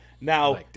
Now